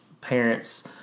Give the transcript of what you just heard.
parents